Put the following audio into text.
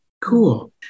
Cool